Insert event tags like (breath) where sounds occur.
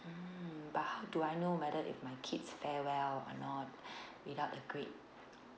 mm but how do I know whether if my kids fare well or not (breath) without the grade